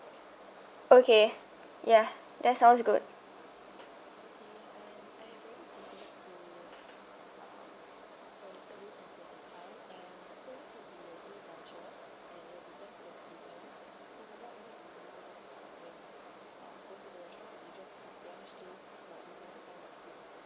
okay yeah that sounds good